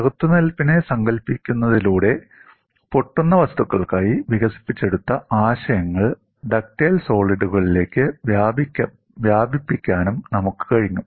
ചെറുത്തുനിൽപ്പിനെ സങ്കൽപിക്കുന്നതിലൂടെ പൊട്ടുന്ന വസ്തുക്കൾക്കായി വികസിപ്പിച്ചെടുത്ത ആശയങ്ങൾ ഡക്റ്റൈൽ സോളിഡുകളിലേക്ക് വ്യാപിപ്പിക്കാനും നമുക്ക് കഴിഞ്ഞു